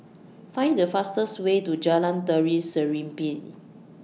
Find The fastest Way to Jalan Tari Serimpi